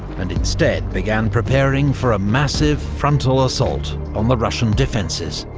and instead began preparing for a massive frontal assault on the russian defences.